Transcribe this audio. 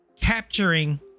Capturing